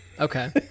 okay